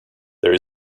there